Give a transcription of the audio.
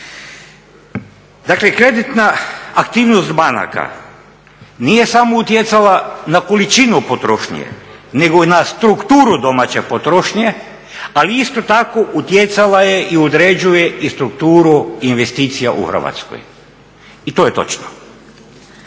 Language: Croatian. Dakle kreditna aktivnost banaka nije samo utjecala na količinu potrošnje nego i na strukturu domaće potrošnje ali je isto tako utjecala je i određuje i strukturu investicija u Hrvatskoj i to je točno.